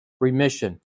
remission